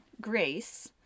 grace